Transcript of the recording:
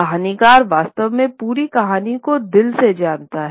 कहानीकार वास्तव में पूरी कहानी को दिल से जानता है